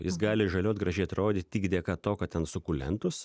jis gali žaliuot gražiai atrodyt tik dėka to kad ten sukulentus